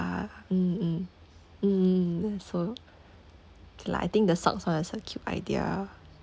mm mm mm mm mm also okay lah I think the socks [one] also cute idea